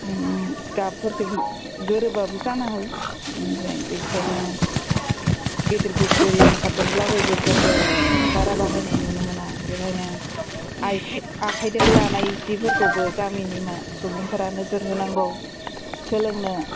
गाबफोरखौ गोरोबाबो जानो हायो ओमफ्राय बेखायनो गेदेर फेक्ट'रि ओंखारदोंब्लाबो बेफोरखौ बारा बाहायनाय नुनो मोना बेखायनो आखाइदों दानाय जिफोरखौबो गामिनि सुबुंफोरानो नोजोर होनांगौ सोलोंनो